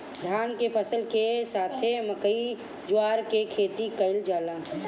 धान के फसल के साथे मकई, जवार के खेती कईल जाला